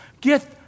Get